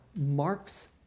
Marks